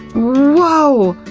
whoa!